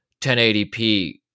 1080p